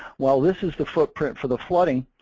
while this is the footprint for the flooding,